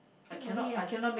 sleep early lah